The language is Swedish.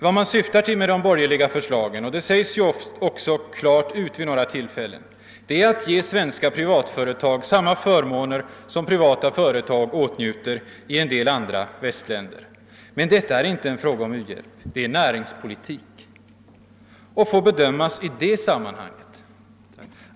Vad man syftar till med de borgerliga förslagen — och det sägs också klart vid några tillfällen — är att ge svenska privata företag samma förmåner som privata företag åtnjuter i en del andra västländer. Men detta är inte en fråga om u-hjälp. Det är näringspolitik och bör bedömas i det sammanhanget.